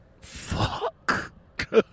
Fuck